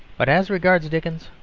but as regards dickens,